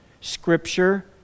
scripture